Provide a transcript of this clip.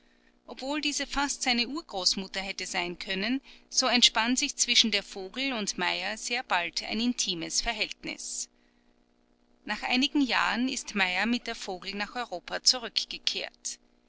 obwohl diese fast seine urgroßmutter hätte sein können so entspann sich zwischen der vogel und meyer sehr bald ein intimes verhältnis nach einigen jahren ist meyer mit der vogel nach europa zurückgekehrt